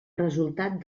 resultat